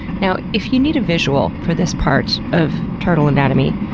now if you need a visual for this part of turtle anatomy,